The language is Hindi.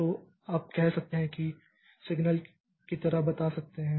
तो आप कह सकते हैं कि आप सिग्नल की तरह बता सकते हैं